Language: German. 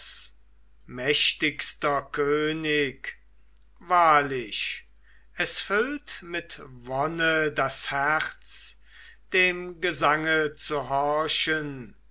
mächtigster könig wahrlich es füllt mit wonne das herz dem gesange zu